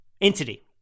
entity